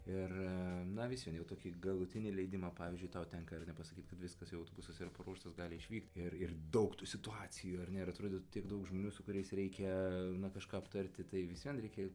ir na vis vien jau tokį galutinį leidimą pavyzdžiui tau tenka ar ne pasakyt kad viskas jau autobusas yra paruoštas gali išvykt ir ir daug tų situacijų ar ne ir atrodo tiek daug žmonių su kuriais reikia kažką aptarti tai vis vien reikia